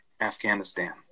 Afghanistan